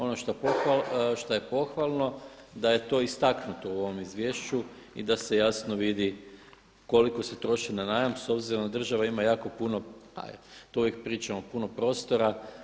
Ono šta je pohvalno da je to istaknuto u ovom izvješću i da se jasno vidi koliko se troši na najam s obzirom da država ima jako puno, pa to uvijek pričamo puno prostora.